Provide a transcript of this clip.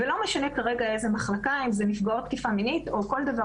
ולא משנה כרגע איזו מחלקה - אם אלה נפגעות תקיפה מינית או כל דבר